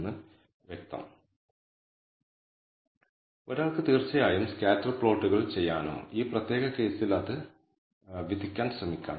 നമ്മൾ ഈ പരീക്ഷണം ആവർത്തിക്കുകയാണെങ്കിൽ n അളവുകളുടെ മറ്റൊരു സാമ്പിൾ ശേഖരിച്ച് ലീസ്റ്റ് സ്ക്വയർ മെത്തേഡ് പ്രയോഗിക്കുകയാണെങ്കിൽ നമുക്ക് β0 ന്റെ മറ്റൊരു കണക്ക് ലഭിക്കും